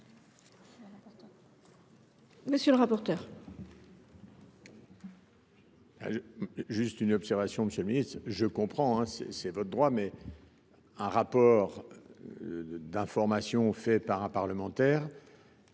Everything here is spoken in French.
Monsieur le rapporteur